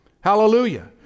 Hallelujah